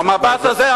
המבט הזה,